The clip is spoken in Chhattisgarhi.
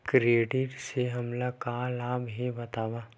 क्रेडिट से हमला का लाभ हे बतावव?